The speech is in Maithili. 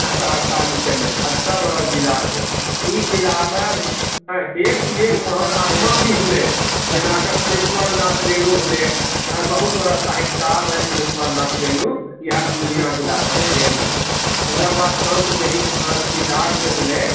सहरसा निकलै एते बड़ा जिला छै ई जिलामे एक सँ एक महान आत्मा भी होलै जेना फनिशवरनाथ रेणु होलै बहुत बड़ा साहित्यकार रहै फनिशवरनाथ रेणु इहा पूर्णिया जिलाके देन छलए ओकराबाद सन्त महर्षि दास जे होलै